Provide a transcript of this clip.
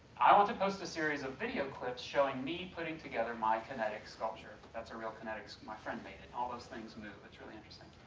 i want to post a series of video clips showing me putting together my kinetic sculpture, that's a real kinetic sculpture my friend made it and all those things move, it's really interesting,